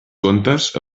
contes